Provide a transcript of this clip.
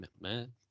man